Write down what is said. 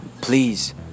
please